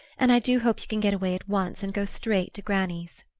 and i do hope you can get away at once and go straight to granny's.